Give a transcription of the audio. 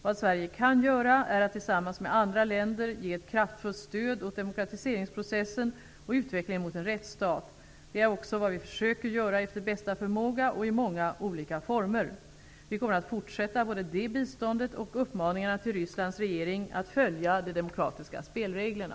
Vad Sverige kan göra är att tillsammans med andra länder ge ett kraftfullt stöd åt demokratiseringsprocessen och utvecklingen mot en rättsstat. Det är också vad vi försöker göra efter bästa förmåga och i många olika former. Vi kommer att fortsätta både det biståndet och uppmaningarna till Rysslands regering att följa de demokratiska spelreglerna.